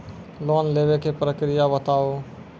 Loan लेवे के प्रक्रिया बताहू?